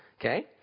Okay